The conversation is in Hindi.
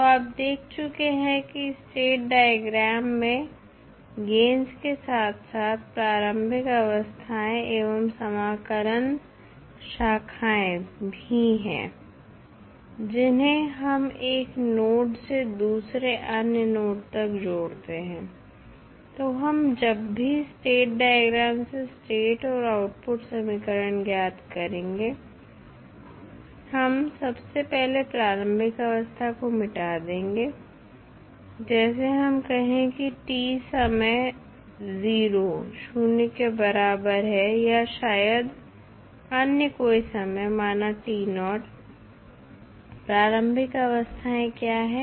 तो आप देख चुके हैं कि स्टेट डायग्राम में गेन्स के साथ साथ प्रारंभिक अवस्थाएं एवं समाकलन शाखाएं भी हैं जिन्हें हम एक नोड से दूसरे अन्य नोड तक जोड़ते हैं तो हम जबभी स्टेट डायग्राम से स्टेट और आउटपुट समीकरण ज्ञात करेंगे हम सबसे पहले प्रारंभिक अवस्था को मिटा देंगे जैसे हम कहें की t समय 0 शून्य के बराबर है या शायद अन्य कोई समय माना प्रारंभिक अवस्थाएं क्या हैं